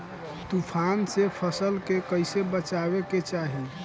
तुफान से फसल के कइसे बचावे के चाहीं?